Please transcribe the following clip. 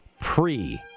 pre